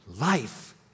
life